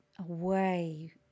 away